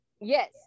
Yes